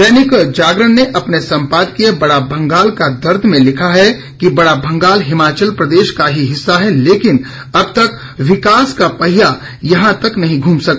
दैनिक जागरण ने अपने सम्पादकीय बड़ा भंगाल का दर्द में लिखा है कि बड़ा भंगाल हिमाचल प्रदेश का ही हिस्सा है लेकिन अब तक विकास का पहिया यहां तक नहीं घूम सका